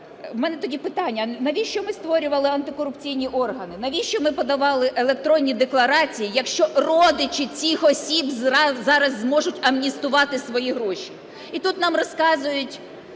У мене тоді питання, а навіщо ми створювали антикорупційні органи, навіщо ми подавали електронні декларації, якщо родичі цих осіб зараз зможуть амністувати свої гроші? І тут нам розказують,